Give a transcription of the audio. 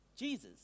Jesus